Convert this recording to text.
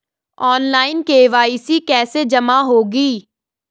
Online KYC कैसे जमा होगी?